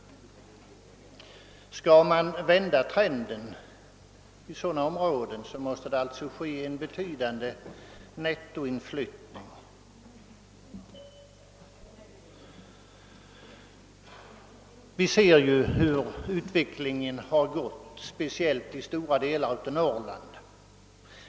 Skall man vända trenden i sådana områden måste alltså nettoinflyttningen bli betydande. Vi kan se på utvecklingen, speciellt i stora delar av Norrland.